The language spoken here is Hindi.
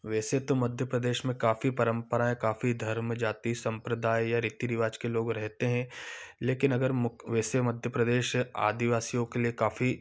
वैसे तो मध्य प्रदेश में काफी परम्पराएँ काफी धर्म जाति संप्रदाय या रीति रिवाज के लोग रहते हैं लेकिन अगर मुख वैसे मध्य प्रदेश आदिवासियों के लिए काफी